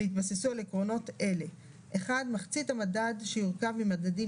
ויתבסס על עקרונות אלה: (1)מחצית מהמדד יורכב ממדדים